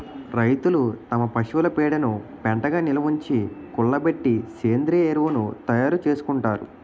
రైతులు తమ పశువుల పేడను పెంటగా నిలవుంచి, కుళ్ళబెట్టి సేంద్రీయ ఎరువును తయారు చేసుకుంటారు